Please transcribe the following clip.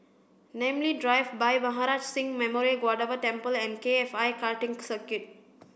Namly Drive Bhai Maharaj Singh Memorial Gurdwara Temple and K F I Karting Circuit